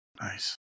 Nice